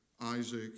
Isaac